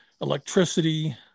electricity